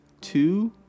two